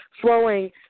flowing